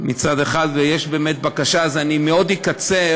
מצד אחד, ויש בקשה, אני אקצר,